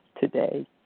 today